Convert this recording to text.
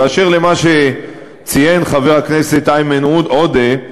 ואשר למה שציין חבר הכנסת איימן עודה,